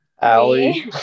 Allie